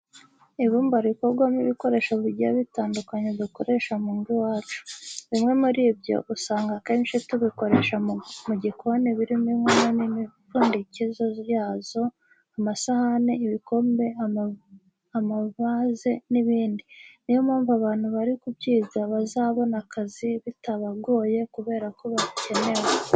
Ibumba rikorwamo ibikoresho bigiye bitandukanye dukoresha mu ngo iwacu. Bimwe muri byo usanga akenshi tubikoresha mu gikoni birimo inkono n'imipfundikizo yazo, amasahani, ibikombe, amavaze n'ibindi. Niyo mpamvu abantu bari kubyiga bazabona akazi bitabagoye kubera ko bakenewe.